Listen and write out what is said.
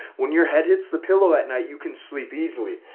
when your head hits the pillow at night, you can sleep easily.